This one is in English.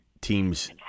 teams